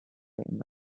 announced